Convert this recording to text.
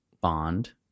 Bond